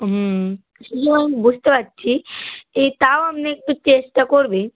হুম সে আমি বুঝতে পারছি এ তাও আপনি একটু চেষ্টা করবে